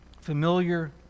familiar